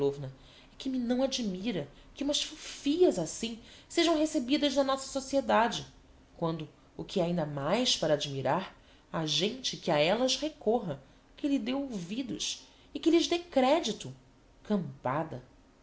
é que me não admira que umas fufias assim sejam recebidas na nossa sociedade quando o que é ainda mais para admirar ha gente que a ellas recorra que lhe dê ouvidos e que lhes dê credito cambada